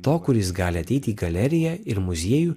to kuris gali ateiti į galeriją ir muziejų